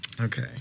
Okay